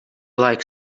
like